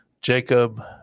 jacob